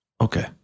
Okay